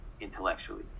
intellectually